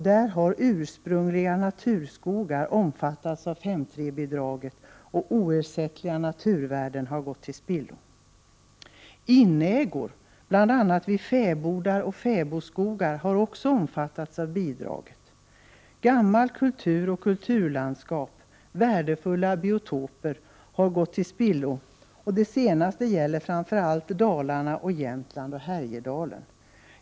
Där har ursprungliga naturskogar omfattats av 5:3-bidraget, och oersättliga naturvärden har gått till spillo. Inägor, bl.a. vid fäbodar och fäbodskogar, har också omfattats av bidraget. Gammal kultur och kulturlandskap, värdefulla biotoper, har gått till spillo. Det senare gäller framför allt Dalarna och Jämtland och Härjedalen.